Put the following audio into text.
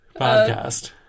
Podcast